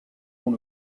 dont